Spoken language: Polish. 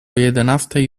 jedenastej